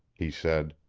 he said.